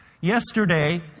Yesterday